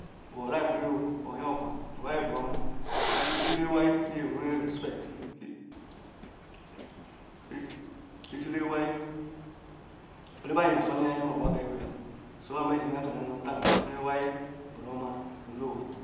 Obu watakirio obu yokan, ewia buruoma ijile ewa, iye uhe respect ijile ewia, nde badu yosunu anya nu anwaka ehuyaru so oha mɛ me ji nu na kanu taan nu ewia buruomu nu elunwa.